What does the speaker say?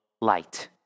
light